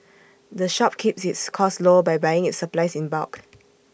the shop keeps its costs low by buying its supplies in bulk